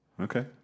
Okay